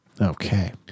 Okay